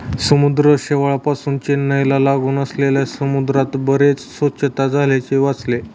समुद्र शेवाळापासुन चेन्नईला लागून असलेल्या समुद्रात बरीच स्वच्छता झाल्याचे वाचले